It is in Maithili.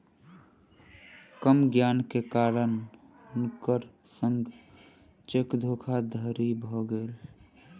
कम ज्ञान के कारण हुनकर संग चेक धोखादड़ी भ गेलैन